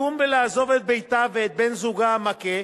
לקום ולעזוב את ביתה ואת בן-זוגה המכה,